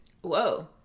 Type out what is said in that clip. Whoa